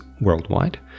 worldwide